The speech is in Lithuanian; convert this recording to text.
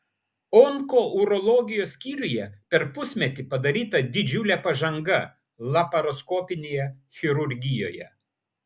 onkourologijos skyriuje per pusmetį padaryta didžiulė pažanga laparoskopinėje chirurgijoje